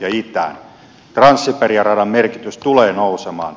trans siperia radan merkitys tulee nousemaan